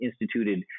instituted